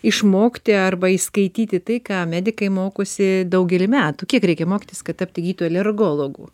išmokti arba įskaityti tai ką medikai mokosi daugelį metų kiek reikia mokytis kad tapti gydytoju alergologu